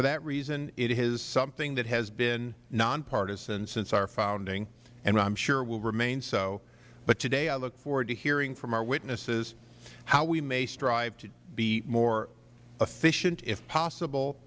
for that reason it is something that has been non partisan since our founding and i am sure will remain so today i look forward to hearing from our witnesses how we may strive to be more efficient if possible